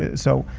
ah so,